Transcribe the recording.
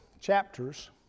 chapters